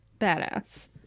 badass